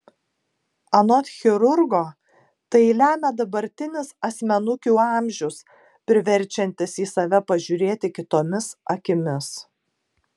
anot chirurgo tai lemia dabartinis asmenukių amžius priverčiantis į save pažiūrėti kitomis akimis